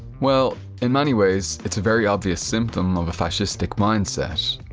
well, in many ways, it's a very obvious symptom of a fascistic mind-set.